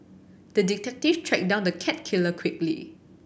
the detective tracked down the cat killer quickly